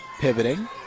Pivoting